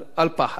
אל פחד.